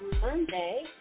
Monday